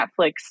netflix